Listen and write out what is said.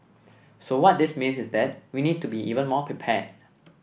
so what this means is that we need to be even more prepared